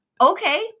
Okay